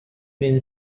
been